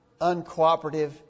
uncooperative